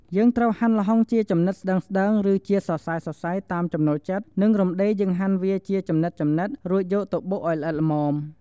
យើងត្រូវហាន់ល្ហុងជាចំណិតស្តើងៗ រឺជាសរសៃៗ តាមចំណូលចិត្ត និងរំដេងយើងហាន់វាចំណិតៗរួចយកទៅបុកអោយល្អិតល្មម។